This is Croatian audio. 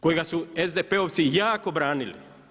Kojega su SDP-ovci jako branili.